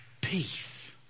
peace